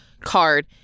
card